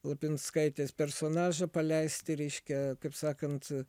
lapinskaitės personažą paleisti reiškia kaip sakant